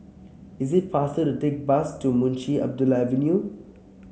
is it faster to take bus to Munshi Abdullah Avenue